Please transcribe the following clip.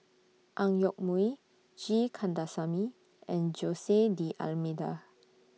Ang Yoke Mooi G Kandasamy and Jose D'almeida